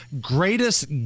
Greatest